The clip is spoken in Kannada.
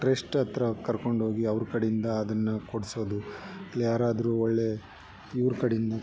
ಟ್ರಶ್ಟ್ ಹತ್ರ ಕರ್ಕೊಂಡೋಗಿ ಅವ್ರ ಕಡೆಯಿಂದ ಅದನ್ನು ಕೊಡ್ಸೋದು ಅಲ್ಲಿ ಯಾರಾದ್ರೂ ಒಳ್ಳೆ ಇವ್ರ ಕಡೆಯಿಂದ